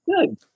Good